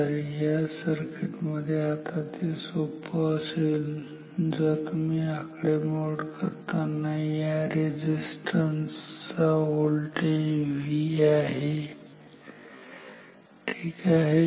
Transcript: तर या सर्किट मध्ये ते आता सोपं असेल जर तुम्ही आकडेमोड करतांना या रेझिस्टन्स चा व्होल्टेज V असेल ठीक आहे